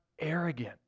arrogant